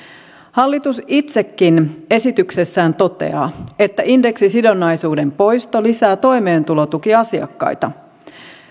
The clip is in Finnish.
hallitus itsekin esityksessään toteaa että indeksisidonnaisuuden poisto lisää toimeentulotukiasiakkaita